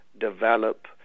develop